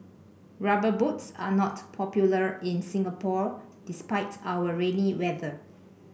rubber boots are not popular in Singapore despite our rainy weather